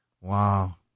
Wow